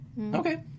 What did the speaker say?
Okay